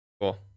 Cool